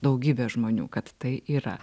daugybė žmonių kad tai yra